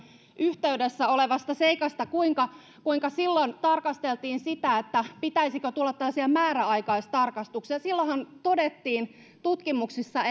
yhteydessä olevasta seikasta oli selvitystä silloin tarkasteltiin sitä pitäisikö tulla tällaisia määräaikaistarkastuksia silloinhan todettiin tutkimuksissa